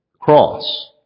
cross